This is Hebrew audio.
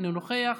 אינו נוכח,